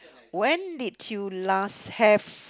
when did you last have